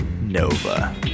Nova